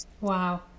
Wow